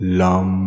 lum